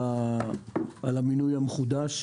על המינוי המחודש.